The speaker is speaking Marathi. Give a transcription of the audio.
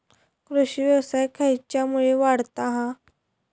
कृषीव्यवसाय खेच्यामुळे वाढता हा?